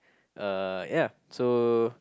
uh ya so